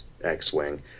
X-Wing